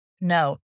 no